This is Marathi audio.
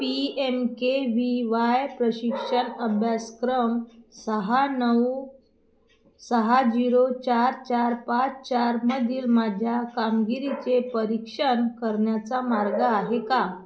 P M K V Y प्रशिक्षण अभ्यासक्रम सहा नऊ सहा झिरो चार चार पाच चारमधील माझ्या कामगिरीचे परीक्षण करण्याचा मार्ग आहे का